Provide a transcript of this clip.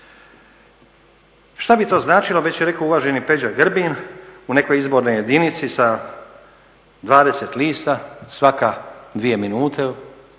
Šta bi to značilo već je rekao uvaženi Peđa Grbin, u nekoj izbornoj jedinici sa 20 lista svaka dvije minute,